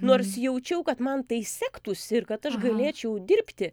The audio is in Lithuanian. nors jaučiau kad man tai sektųsi ir kad aš galėčiau dirbti